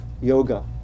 yoga